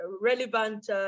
relevant